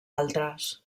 altres